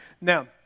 Now